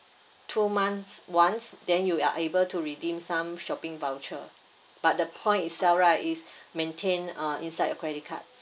two months once then you are able to redeem some shopping voucher but the point itself right is maintained uh inside your credit card